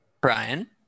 Brian